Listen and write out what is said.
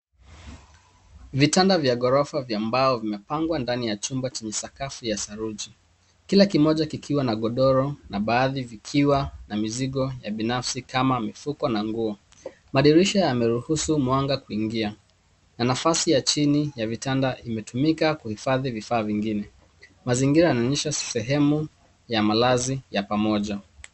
Vitanda vya gorofa vya mbao vimepangwa ndani ya chumba chenye sakafu ya saruji kila kimoja kikiwa na godoro na baadhi vikiwa na mizigo ya binafsi kama mifuko na nguo. Madirisha yame ruhusu mwanga kuingia na nafasi ya chini ya vitanda imetumika kuhifadhi vifaa vingine. Mazingira inaonyesha sehemu ya malazi ya pamoja.